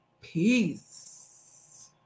peace